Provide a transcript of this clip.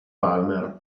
palmer